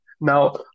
Now